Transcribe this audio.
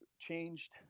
Changed